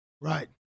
Right